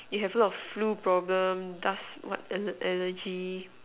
you have a lot of flu problem dust what alle~ allergy